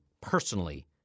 personally